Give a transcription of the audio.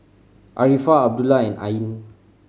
Arifa Abdullah and Ain